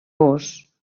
gos